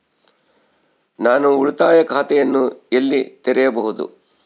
ನಾನು ಉಳಿತಾಯ ಖಾತೆಯನ್ನು ಎಲ್ಲಿ ತೆರೆಯಬಹುದು?